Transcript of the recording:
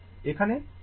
এখানে এটি V 1